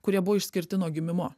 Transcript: kurie buvo išskirti nuo gimimo